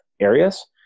areas